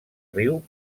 riu